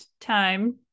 time